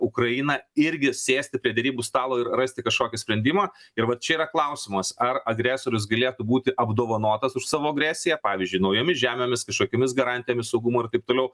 ukrainą irgi sėsti prie derybų stalo ir rasti kažkokį sprendimą ir vat čia yra klausimas ar agresorius galėtų būti apdovanotas už savo agresiją pavyzdžiui naujomis žemėmis kažkokiomis garantijomis saugumo ir taip toliau